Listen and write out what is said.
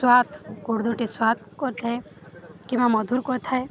ସ୍ୱାଦ ସ୍ୱାଦ କରିଥାଏ କିମ୍ବା ମଧୁର କରିଥାଏ